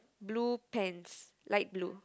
blue pants light blue